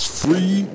free